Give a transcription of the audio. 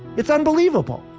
it's unbelievable!